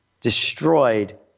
destroyed